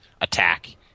attack